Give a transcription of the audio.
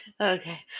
Okay